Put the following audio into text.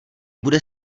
bude